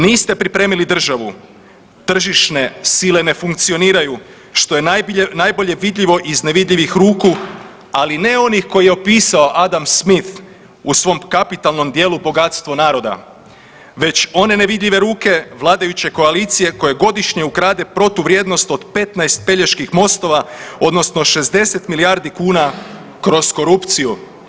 Niste pripremili državu, tržišne sile ne funkcioniraju što je najbolje vidljivo iz nevidljivih ruku, ali ne onih koje je opisao Adam Smith u svom kapitalnom djelu Bogatstvo naroda već one nevidljive ruke vladajuće koalicije koje godišnje ukrade protuvrijednost od 15 Peljeških mostova odnosno 60 milijardi kuna kroz korupciju.